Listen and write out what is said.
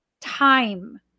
time